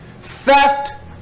theft